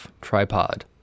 tripod